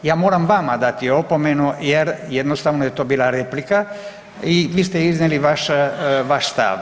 Ja moram vama dati opomenu jer jednostavno je to bila replika i vi ste iznijeli vaš stav.